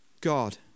god